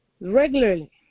regularly